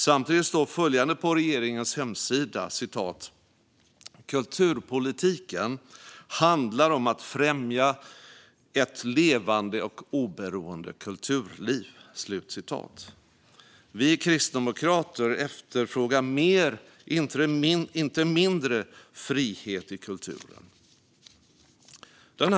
Samtidigt står följande på regeringens hemsida: "Kulturpolitiken handlar om att främja ett levande och oberoende kulturliv." Vi kristdemokrater efterfrågar mer, inte mindre, frihet i kulturen.